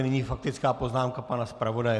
Nyní faktická poznámka pana zpravodaje.